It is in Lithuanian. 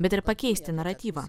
bet ir pakeisti naratyvą